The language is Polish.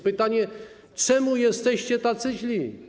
Pytanie: Dlaczego jesteście tacy źli?